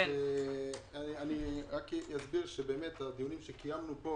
הדיונים שקיימנו פה